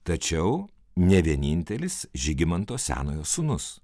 tačiau ne vienintelis žygimanto senojo sūnus